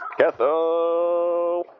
Ketho